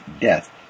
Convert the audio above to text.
death